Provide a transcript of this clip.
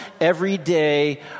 everyday